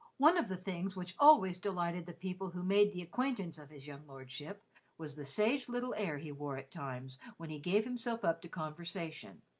one of the things which always delighted the people who made the acquaintance of his young lordship was the sage little air he wore at times when he gave himself up to conversation,